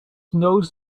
knows